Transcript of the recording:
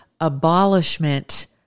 abolishment